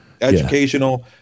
Educational